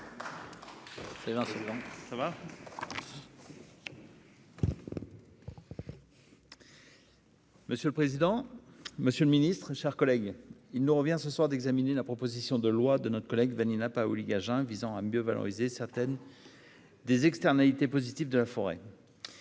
Monsieur le président, monsieur le ministre, mes chers collègues, il nous revient ce soir d'examiner la proposition de loi de notre collègue Vanina Paoli-Gagin visant à mieux valoriser certaines des externalités positives de la forêt.